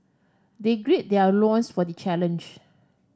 they gird their loins for the challenge